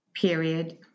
period